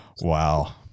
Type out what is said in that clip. Wow